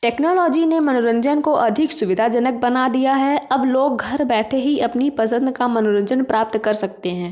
technology ने मनोरंजन को अधिक सुविधाजनक बना दिया है अब लोग घर बैठे ही अपनी पसंद का मनोरंजन प्राप्त कर सकते हैं